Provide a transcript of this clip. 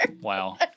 Wow